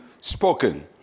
spoken